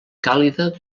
càlida